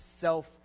self